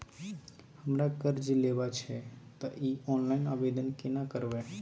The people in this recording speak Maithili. हमरा कर्ज लेबा छै त इ ऑनलाइन आवेदन केना करबै?